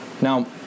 Now